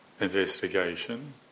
investigation